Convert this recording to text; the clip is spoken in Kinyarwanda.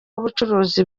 ubucuruzi